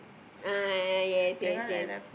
aiyah yes yes yes